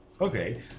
Okay